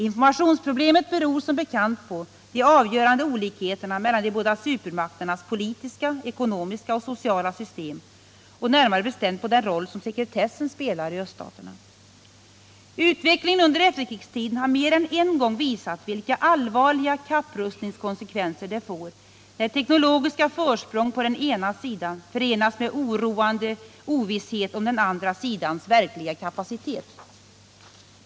Informationsproblemet beror som bekant på de avgörande olikheterna mellan de båda supermakternas politiska, ekonomiska och sociala system och närmare bestämt på den roll som sekretessen spelar i öststaterna. Utvecklingen under efterkrigstiden har mer än en gång visat vilka allvarliga kapprustningskonsekvenser det får när teknologiska försprång på en sida förenas med oroande ovisshet om den andra sidans verkliga kapacitet.